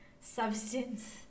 substance